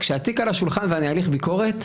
כשהתיק על השולחן ואני הליך ביקורת,